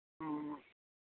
हाँ